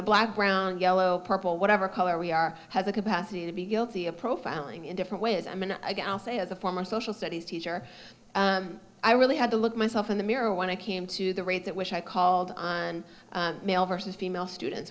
know black brown yellow purple whatever color we are has the capacity to be guilty of profiling in different ways i mean i guess i'll say as a former social studies teacher i really had to look myself in the mirror when i came to the rate at which i called on male versus female students